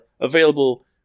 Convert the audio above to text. available